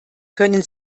können